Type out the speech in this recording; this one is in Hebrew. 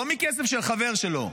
-- לא מכסף של חבר שלו,